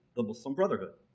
the muslim brotherhood.